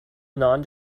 non